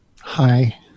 Hi